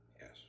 Yes